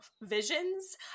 visions